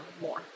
more